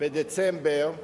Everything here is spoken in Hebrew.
בדצמבר 2009,